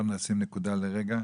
נשים נקודה לרגע.